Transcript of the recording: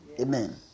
Amen